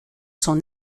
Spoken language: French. son